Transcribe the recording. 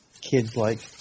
kids-like